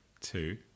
Two